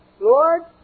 Lord